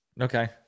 Okay